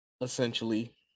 essentially